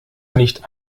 nicht